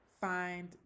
find